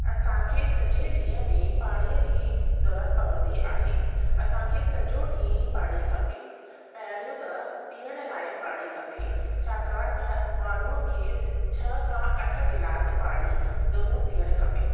असांखे सॼे ॾींहं में पाणीअ जी ज़रूरत पवंदी आहे असांखे सजो ॾींहुं पाणी खपे पहिरियों त पीअण लाइ पाणी खपे छाकाणि त माण्हूअ खे छह खां अठ गिलास पाणी ज़रूरु पीअणु खपे